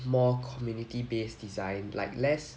more community based design like less